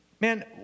Man